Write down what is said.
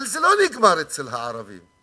אבל זה לא נגמר אצל הערבים.